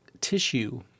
tissue